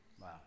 Wow